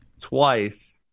twice